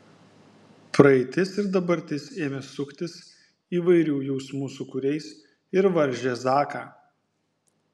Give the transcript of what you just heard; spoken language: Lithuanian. praeitis ir dabartis ėmė suktis įvairių jausmų sūkuriais ir varžė zaką